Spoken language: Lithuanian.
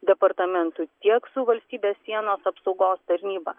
departamentu tiek su valstybės sienos apsaugos tarnyba